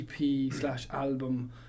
EP-slash-album